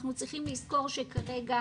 אנחנו צריכים לזכור שכרגע